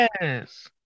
Yes